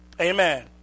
Amen